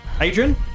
Adrian